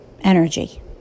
energy